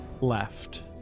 left